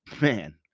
man